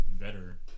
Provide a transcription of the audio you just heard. better